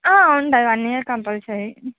ఆ ఉంటుంది one year compulsory